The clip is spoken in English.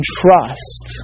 trust